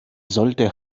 sollte